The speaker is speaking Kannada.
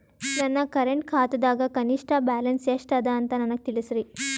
ನನ್ನ ಕರೆಂಟ್ ಖಾತಾದಾಗ ಕನಿಷ್ಠ ಬ್ಯಾಲೆನ್ಸ್ ಎಷ್ಟು ಅದ ಅಂತ ನನಗ ತಿಳಸ್ರಿ